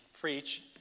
preach